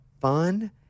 fun